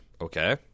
Okay